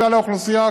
בכלל האוכלוסייה,